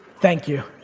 thank you.